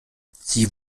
sie